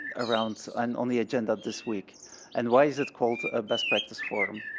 around and on the agenda this week and why is it called a best practice forum.